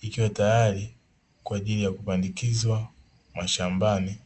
ikiwa tayari kwa ajili ya kupandikizwa mashambani.